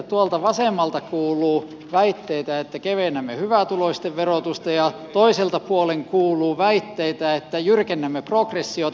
tuolta vasemmalta kuuluu väitteitä että kevennämme hyvätuloisten verotusta ja toiselta puolen kuuluu väitteitä että jyrkennämme progressiota